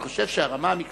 אני חושב שברמה המקצועית,